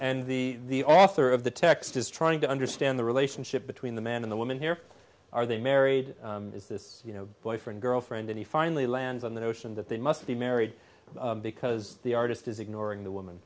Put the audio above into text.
and the author of the text is trying to understand the relationship between the man in the woman here are they married is this you know boyfriend girlfriend and finally lands on the notion that they must be married because the artist is ignoring the woman